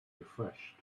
refreshed